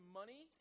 money